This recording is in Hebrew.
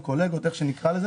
קולגות, איך שלא תקראו לזה